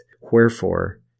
wherefore